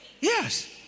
Yes